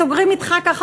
סוגרים אתך ככה,